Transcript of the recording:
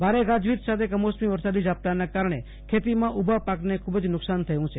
ભારે ગાજવીજ સાથે કમોસમી વરસાદી ઝાપટાનાં કારણે ખેતીમાં ઉભા પાકને ખુબ જ નુકશાન થયું છે